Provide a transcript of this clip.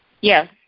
Yes